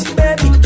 baby